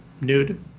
nude